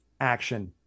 action